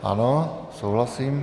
Ano, souhlasím.